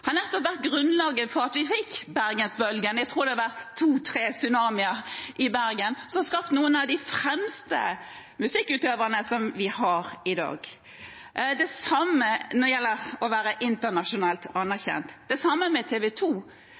skapende nettopp har vært grunnlaget for at vi fikk Bergensbølgen – jeg tror det har vært to-tre tsunamier i Bergen – som har skapt noen av de fremste musikkutøverne som vi har i dag. Det samme gjelder det med å være internasjonalt anerkjent. Det samme gjelder med